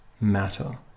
matter